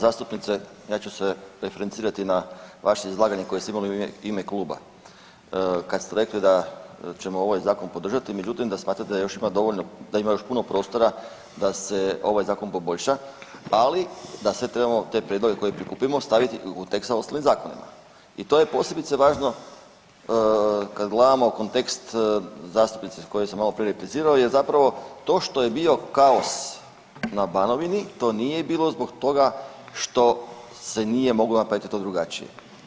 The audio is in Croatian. zastupnice ja ću se referencirati na vaše izlaganje koje ste imali u ime kluba kad ste rekli da ćemo ovaj podržati, međutim da smatrate da ima još dovoljno, da ima još puno prostora da se ovaj zakon poboljša, ali da sve trebamo te prijedloge koje prikupimo staviti u …/nerazumljivo/… zakonima i to je posebice važno kad gledamo kontekst zastupnice kojoj sam malo prije replicirao jer zapravo to što je bio kaos na Banovini to nije bilo zbog toga što se nije moglo napraviti to drugačije.